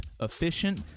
efficient